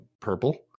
Purple